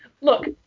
look